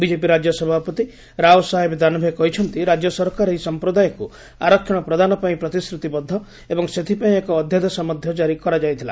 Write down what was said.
BJP ରାଜ୍ୟ ସଭାପତି ରାଓ ସାହେବ ଦାନ୍ଭେ କହିଛନ୍ତି ରାଜ୍ୟ ସରକାର ଏହି ସଂପ୍ରଦାୟକୁ ଆରକ୍ଷଣ ପ୍ରଦାନ ପାଇଁ ପ୍ରତିଶ୍ରତିବଦ୍ଧ ଏବଂ ସେଥିପାଇଁ ଏକ ଅଧ୍ୟାଦେଶ ମଧ୍ୟ ଜାରି କରାଯାଇଥିଲା